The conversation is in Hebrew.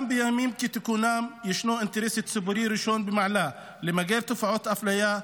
גם בימים כתיקונם ישנו אינטרס ציבורי ראשון במעלה למגר תופעות אפליה,